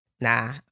Nah